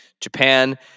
Japan